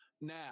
now